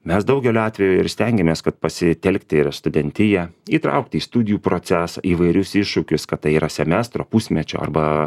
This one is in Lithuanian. mes daugeliu atvejų ir stengiamės kad pasitelkti ir studentiją įtraukti į studijų procesą įvairius iššūkius kad tai yra semestro pusmečio arba